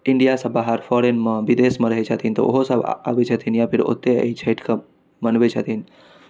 इण्डियासँ बाहर फॉरेनमे विदेशमे रहै छथिन तऽ ओहोसब आबै छथिन या फेर ओत्तहि एहि छठिके मनबै छथिन